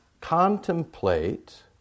contemplate